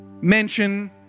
mention